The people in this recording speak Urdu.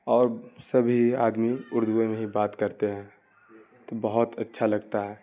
اور سبھی آدمی اردو میں ہی بات کرتے ہیں تو بہت اچھا لگتا ہے